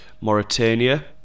Mauritania